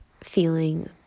feeling